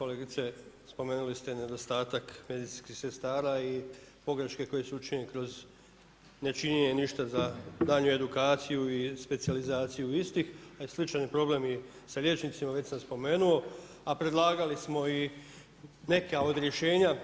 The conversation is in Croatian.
Kolegice, spomenuli ste nedostatak medicinskih sestara i pogreške koje se čine kroz nečinjenje ništa za daljnju edukaciju i specijalizaciju istih a sličan je problem i sa liječnicima, već sam spomenuo a predlagali smo i neka od rješenja.